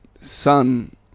son